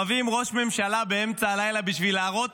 מביאים ראש ממשלה באמצע הלילה בשביל להראות